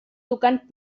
tocant